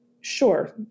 sure